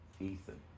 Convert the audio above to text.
Ethan